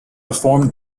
reformed